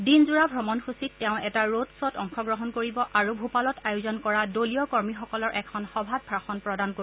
দিনযোৰা ভ্ৰমণসূচীত তেওঁ এটা ৰডখ্বত অংশগ্ৰহণ কৰিব আৰু ভূপালত আয়োজন কৰা দলীয় কৰ্মীসকলৰ সভাত ভাষণ প্ৰদান কৰিব